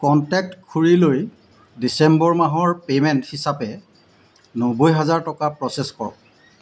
contact খুড়ীলৈ December মাহৰ payment হিচাপে নব্বৈ হাজাৰ টকা প্ৰ'চেছ কৰক